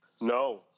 No